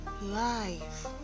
life